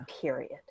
period